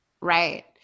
Right